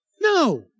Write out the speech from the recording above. No